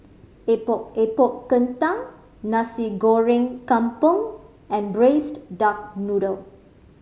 Epok Epok Kentang Nasi Goreng Kampung and Braised Duck Noodle